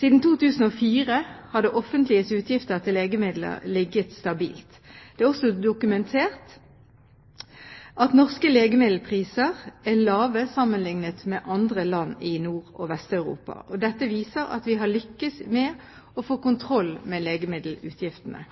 Siden 2004 har det offentliges utgifter til legemidler ligget stabilt. Det er også dokumentert at norske legemiddelpriser er lave sammenliknet med andre land i Nord- og Vest-Europa. Dette viser at vi har lyktes med å få kontroll med legemiddelutgiftene.